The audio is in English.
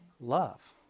love